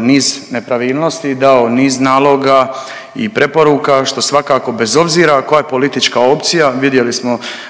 niz nepravilnosti, dao niz naloga i preporuka što svakako bez obzira koja je politička opcija vidjeli smo